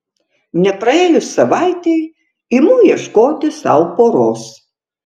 nepraėjus savaitei imu ieškoti sau poros